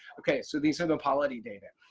okay so these are the quality data,